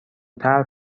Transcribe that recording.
طرح